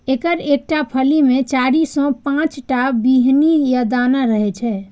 एकर एकटा फली मे चारि सं पांच टा बीहनि या दाना रहै छै